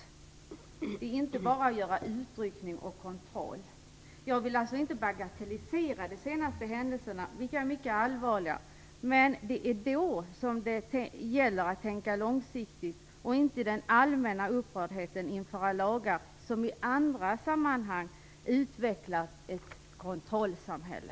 Det handlar alltså inte bara om att utryckning och kontroll! Jag bagatelliserar inte de senaste händelserna, vilka är mycket allvarliga, men det är ju vid sådana tillfällen som det gäller att tänka långsiktigt och att avstå från att i den allmänna upprördheten införa lagar som i andra sammanhang utvecklar ett kontrollsamhälle.